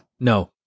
No